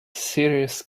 serious